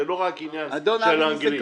זה לא רק עניין של אנגלית.